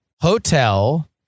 hotel